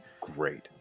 great